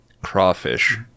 Crawfish